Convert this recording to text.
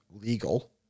legal